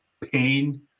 pain